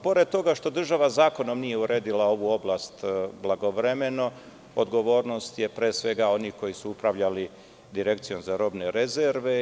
Pored toga što država zakonom nije uredila ovu oblast blagovremeno, odgovornost je pre svega onih koji su upravljali Direkcijom za robne rezerve.